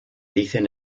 dicen